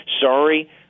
Sorry